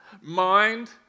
mind